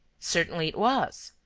certainly it was.